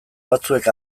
batzuek